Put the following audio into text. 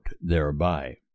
thereby